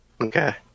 Okay